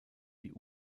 die